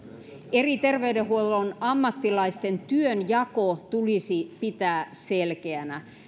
eri terveydenhuollon ammattilaisten työnjako tulisi pitää selkeänä